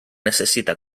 necessita